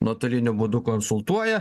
nuotoliniu būdu konsultuoja